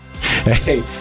Hey